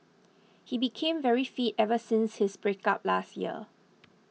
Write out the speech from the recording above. he became very fit ever since his breakup last year